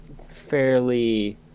fairly